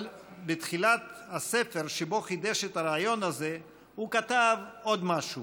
אבל בתחילת הספר שבו חידש את הרעיון הזה הוא כתב עוד משהו,